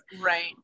right